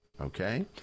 okay